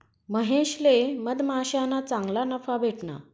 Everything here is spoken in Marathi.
महेशले मधमाश्याना चांगला नफा भेटना